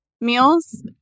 meals